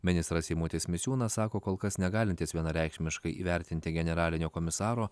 ministras eimutis misiūnas sako kol kas negalintis vienareikšmiškai įvertinti generalinio komisaro